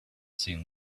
seen